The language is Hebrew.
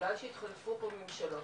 בגלל שהתחלפו פה ממשלות,